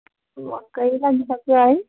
अँ वाक्कै लागिसक्यो है